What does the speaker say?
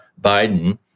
Biden